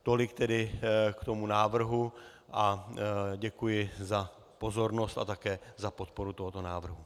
Tolik tedy k návrhu a děkuji za pozornost a také za podporu tohoto návrhu.